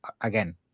again